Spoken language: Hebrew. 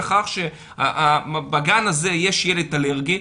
לכך שבגן הזה יש ילד אלרגי,